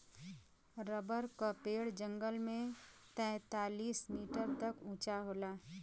rubber क पेड़ जंगल में तैंतालीस मीटर तक उंचा होला